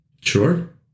Sure